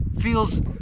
Feels